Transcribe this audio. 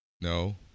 No